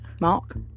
Mark